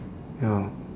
ya